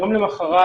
יום למוחרת,